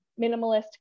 minimalist